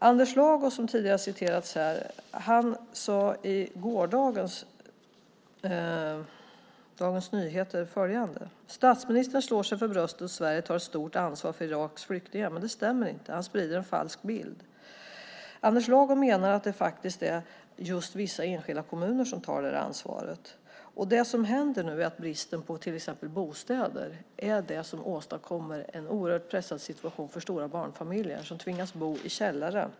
Anders Lago, som tidigare har nämnts här, sade i gårdagens Dagens Nyheter följande: "Statsministern slår sig för bröstet och säger att Sverige tar ett stort ansvar för Iraks flyktingar. Men det stämmer inte. Han sprider en falsk bild." Anders Lago menar att det är vissa enskilda kommuner som tar ansvaret. Det som händer nu är att bristen på till exempel bostäder åstadkommer en oerhört pressad situation för stora barnfamiljer som tvingas bo i källare.